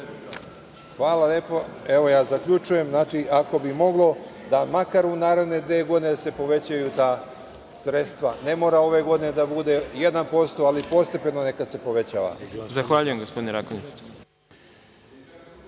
Hvala lepo. Evo, ja zaključujem. Znači, ako bi moglo makar u naredne dve godine da se povećaju ta sredstva. Ne mora ove godine da bude 1%, ali postepeno neka se povećava. **Đorđe Milićević**